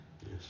Yes